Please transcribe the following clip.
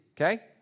okay